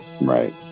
Right